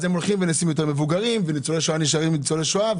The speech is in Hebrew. אז הם הולכים ונעשים יותר מבוגרים, יש ניצול שואה.